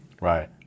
Right